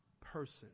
person